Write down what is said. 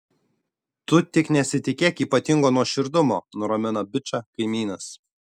tu tik nesitikėk ypatingo nuoširdumo nuramino bičą kaimynas